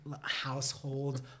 household